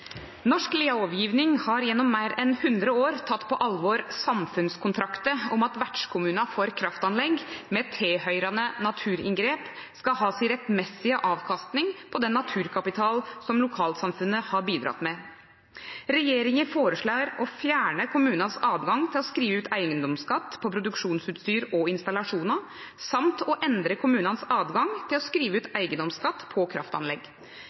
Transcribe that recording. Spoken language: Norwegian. har gjennom mer enn 100 år tatt på alvor samfunnskontrakten om at vertskommuner for kraftanlegg med tilhørende naturinngrep skal ha sin rettmessige avkastning på den naturkapitalen som lokalsamfunnet har bidratt med. Regjeringen foreslår å fjerne kommunenes adgang til å skrive ut eiendomsskatt på produksjonsutstyr og -installasjoner samt å endre kommunenes adgang til å skrive ut eiendomsskatt på kraftanlegg.